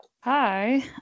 Hi